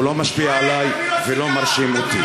הוא לא משפיע עלי ולא מרשים אותי.